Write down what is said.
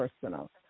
personal